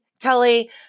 Kelly